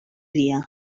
dia